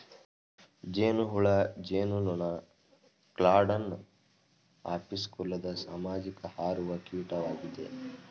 ಜೇನುಹುಳು ಜೇನುನೊಣ ಕ್ಲಾಡ್ನ ಅಪಿಸ್ ಕುಲದ ಸಾಮಾಜಿಕ ಹಾರುವ ಕೀಟವಾಗಿದೆ